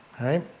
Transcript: Right